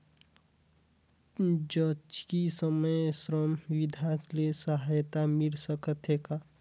जचकी समय श्रम विभाग ले सहायता मिल सकथे का?